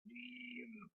dream